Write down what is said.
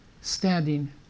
standing